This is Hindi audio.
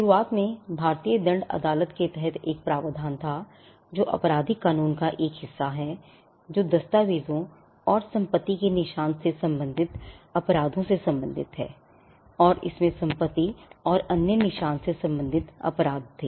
शुरुआत में भारतीय दंड अदालत के तहत एक प्रावधान था जो आपराधिक कानून का एक हिस्सा है जो दस्तावेजों और संपत्ति के निशान से संबंधित अपराधों से संबंधित है और इसमें संपत्ति और अन्य निशान से संबंधित अपराध भी थे